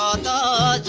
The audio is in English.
and